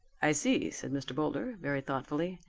i see, said mr. boulder very thoughtfully,